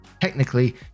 technically